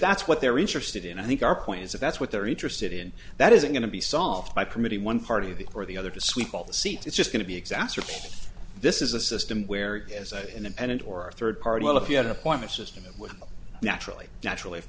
that's what they're interested in i think our point is if that's what they're interested in that isn't going to be solved by permitting one party or the or the other to sweep all the seats it's just going to be exacerbated this is a system where as a independent or a third party well if you had a point system it would naturally naturally of